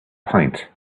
point